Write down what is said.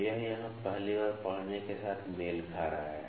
तो यह यहाँ पहली बार पढ़ने के साथ मेल खा रहा है